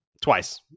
twice